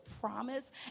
promise